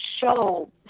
show